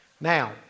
Now